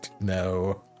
no